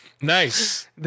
Nice